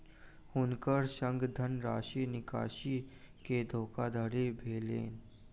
हुनकर संग धनराशि निकासी के धोखादड़ी भेलैन